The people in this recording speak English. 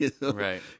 Right